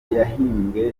yahimbiwe